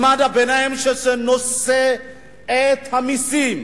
מעמד הביניים נושא במסים,